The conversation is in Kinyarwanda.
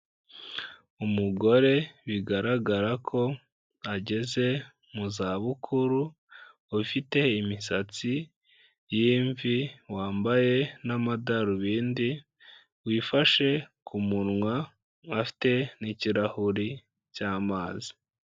Umugore bigaragara ko ageze mu zabukuru, ufite imisatsi y'imvi, wambaye n'amadarubindi, wifashe ku munwa afite n'ikirahuri cy'amazi.